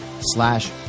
slash